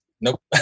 nope